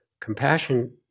Compassion